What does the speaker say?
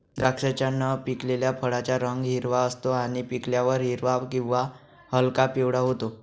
द्राक्षाच्या न पिकलेल्या फळाचा रंग हिरवा असतो आणि पिकल्यावर हिरवा किंवा हलका पिवळा होतो